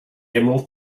emerald